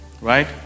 right